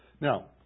Now